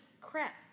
crap